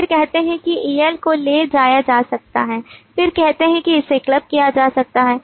फिर कहते हैं कि EL को ले जाया जा सकता है फिर कहते हैं कि इसे क्लब किया जा सकता है